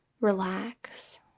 relax